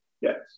Yes